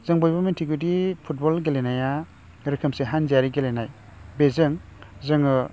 जों बयबो मिथिगौदि फुटबल गेलेनाया रोखोमसे हानजायारि गेलेनाय बेजों जोङो